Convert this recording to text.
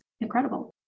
incredible